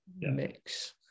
mix